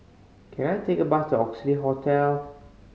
can I take a bus to Oxley Hotel